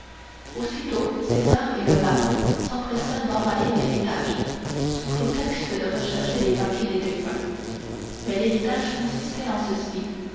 aussitôt césar et le pape s'empressèrent d'envahir l'héritage sous prétexte de rechercher les papiers des défunts mais l'héritage consistait en ceci